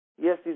Yes